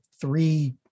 three